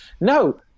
No